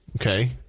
Okay